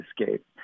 Escape